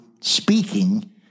speaking